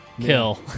Kill